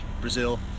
Brazil